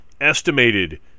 Estimated